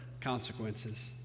consequences